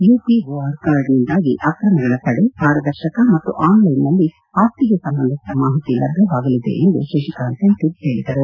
UPOR ಕಾರ್ಡ್ನಿಂದಾಗಿ ಅಕ್ರಮಗಳ ತಡೆ ಪಾರದರ್ಶಕ ಮತ್ತು ಆನ್ಲೈನ್ ನಲ್ಲಿ ಆಸ್ತಿಗೆ ಸಂಬಂಧಿಸಿದ ಮಾಹಿತಿ ಲಭ್ಯವಾಗಲಿದೆ ಎಂದು ಶಶಿಕಾಂತ್ ಸೆಂಥಿಲ್ ಹೇಳಿದರು